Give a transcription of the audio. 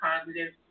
positive